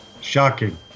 shocking